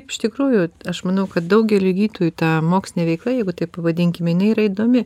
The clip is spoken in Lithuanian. iš tikrųjų aš manau kad daugeliui gydytojų ta mokslinė veikla jeigu taip pavadinkime jinai yra įdomi